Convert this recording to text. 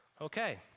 Okay